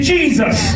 Jesus